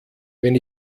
wenn